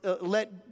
let